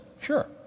sure